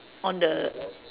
on the